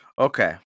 Okay